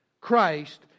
Christ